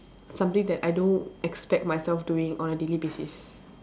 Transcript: something that I don't expect myself doing on a daily basis